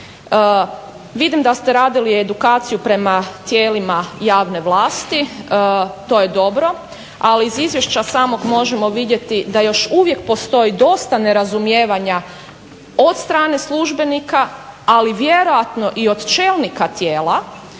Vidim da ste radili edukaciju prema tijelima javne vlasti, to je dobro. Ali iz izvješća samog možemo vidjeti da još uvijek postoji dosta nerazumijevanja od strane službenika, ali vjerojatno i od čelnika tijela